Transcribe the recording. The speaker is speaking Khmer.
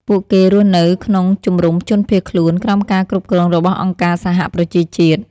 ពួកគេរស់នៅក្នុងជំរំជនភៀសខ្លួន ក្រោមការគ្រប់គ្រងរបស់អង្គការសហប្រជាជាតិ។